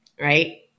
right